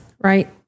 right